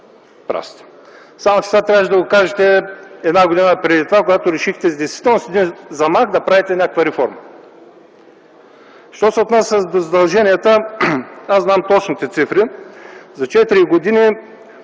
прав сте. Но това трябваше да го кажете една година преди това, когато решихте действително с един замах да правите някаква реформа. Що се отнася до задълженията, знам точните цифри. За четири